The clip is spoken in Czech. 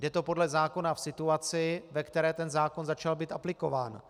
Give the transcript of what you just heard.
Je to podle zákona v situaci, ve které ten zákon začal být aplikován.